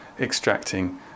extracting